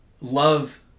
love